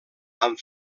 amb